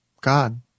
God